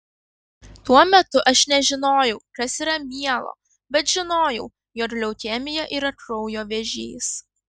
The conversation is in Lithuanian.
tuo metu aš nežinojau kas yra mielo bet žinojau jog leukemija yra kraujo vėžys